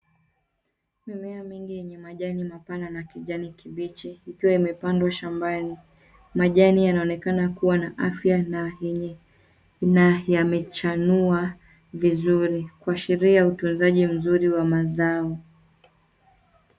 Mimea mingi yenye majani mapana na kibichi ikiwa imepandwa shambani. Majani yanaonekana kuwa na afya na yenye na yamechanua vizuri kwa sheria ya utunzaji mzuri wa mazao.